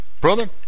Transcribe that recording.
Brother